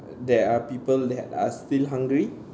there are people that are still hungry